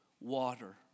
water